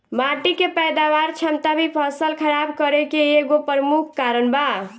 माटी के पैदावार क्षमता भी फसल खराब करे के एगो प्रमुख कारन बा